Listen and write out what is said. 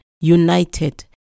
united